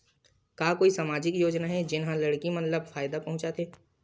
का कोई समाजिक योजना हे, जेन हा लड़की मन ला फायदा पहुंचाथे?